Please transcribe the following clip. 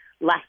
less